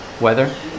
weather